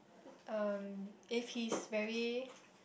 um if he's very